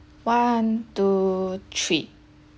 one two three